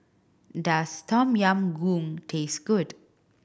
does Tom Yam Goong taste good